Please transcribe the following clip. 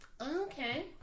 okay